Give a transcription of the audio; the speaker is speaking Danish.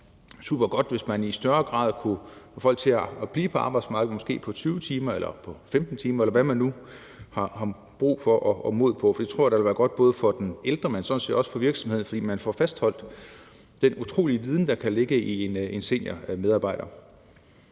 være supergodt, hvis man i højere grad kunne få folk til at blive på arbejdsmarkedet, måske på 20 timer eller på 15 timer, eller hvad man nu har brug for og mod på. Det tror jeg da ville være godt både for den ældre, men sådan set også for virksomheden, fordi man får fastholdt den utrolige viden, der kan være hos en seniormedarbejder.